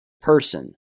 person